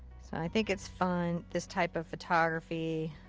so i think it's fun, this type of photography.